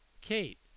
Kate